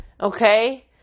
Okay